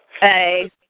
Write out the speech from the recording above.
Hey